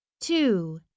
Two